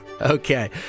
Okay